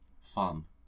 fun